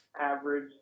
average